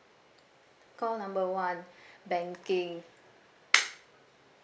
call number one banking